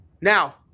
now